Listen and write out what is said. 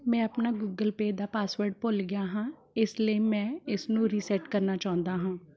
ਮੈਂ ਆਪਣਾ Google Pay ਦਾ ਪਾਸਵਰਡ ਭੁੱਲ ਗਿਆ ਹਾਂ ਇਸ ਲਈ ਮੈਂ ਇਸ ਨੂੰ ਰੀਸੈਟ ਕਰਨਾ ਚਾਹੁੰਦਾ ਹਾਂ